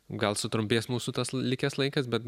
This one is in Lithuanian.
gal sutrumpės mūsų tas likęs laikas bet